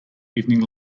evening